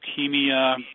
leukemia